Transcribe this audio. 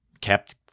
kept –